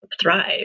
thrive